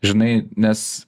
žinai nes